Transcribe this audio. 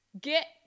Get